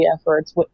efforts